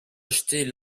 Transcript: acheter